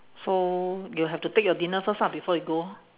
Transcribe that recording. so you have to take your dinner first ah before you go